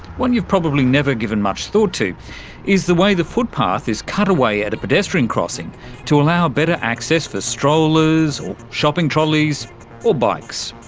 one you've probably never given much thought to is the way the footpath is cut away at a pedestrian crossing to allow better access for strollers or shopping trolleys or bikes.